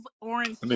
orange